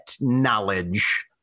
knowledge